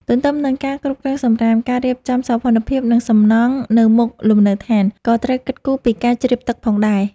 ទន្ទឹមនឹងការគ្រប់គ្រងសំរាម ការរៀបចំសោភ័ណភាព និងសំណង់នៅមុខលំនៅដ្ឋាន ក៏ត្រូវគិតគូរពីការជ្រាបទឹកផងដែរ។